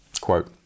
quote